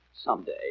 someday